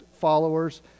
followers